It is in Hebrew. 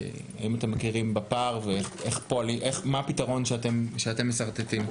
האם אתם מכירים בפער ומה הפתרון שאתם משרטטים?